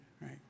right